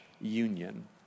union